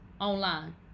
online